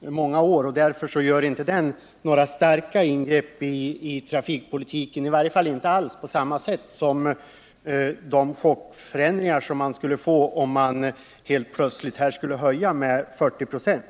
många år. Därför betyder den inte några starka ingrepp i trafikpolitiken, i varje fall inte alls på samma sätt som de chockförändringar som man skulle få om man plötsligt skulle höja med 40 96.